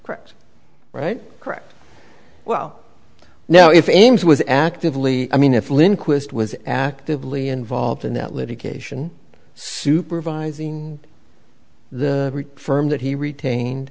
county right correct well now if ames was actively i mean if lindquist was actively involved in that litigation supervising the firm that he retained